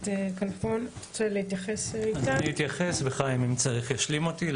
אני אתייחס ואם צריך, חיים תמם ישלים אותי.